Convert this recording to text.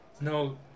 No